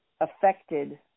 affected